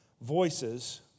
voices